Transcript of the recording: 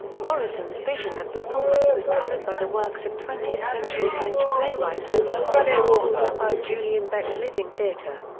morrison's vision of performance was colored by the works of twentieth century french playwright antonin artaud and by julian beck's living theater.